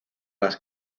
las